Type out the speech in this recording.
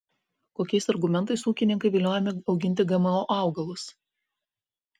kokiais argumentais ūkininkai viliojami auginti gmo augalus